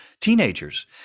teenagers